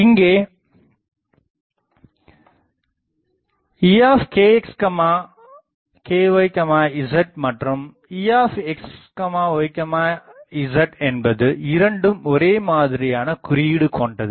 இங்கே Ekx ky zமற்றும் Exyz என்பது இரண்டும் ஒரே மாதிரியான குறியீடு கொண்டது